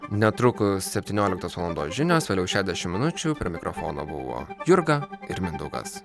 netrukus septynioliktos valandos žinios vėliau šešdešim minučių prie mikrofono buvo jurga ir mindaugas